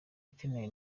akeneye